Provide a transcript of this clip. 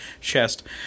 chest